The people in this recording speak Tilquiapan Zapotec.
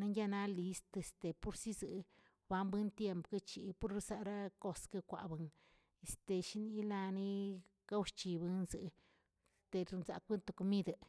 nanyanaꞌlist este porsisə wanbuing tiemp ̱gchiꞌ pur sagraꞌskkwaweꞌn, este shin yilaneꞌn gauchiben nzeꞌ ternzak to komideꞌe.